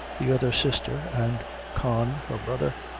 the other sister and con, her brother,